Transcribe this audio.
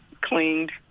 cleaned